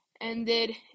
ended